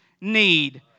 need